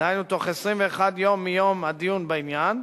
דהיינו תוך 21 יום מיום הדיון בעניין,